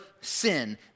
sin